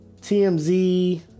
TMZ